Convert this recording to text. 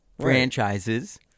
franchises